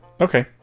Okay